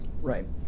Right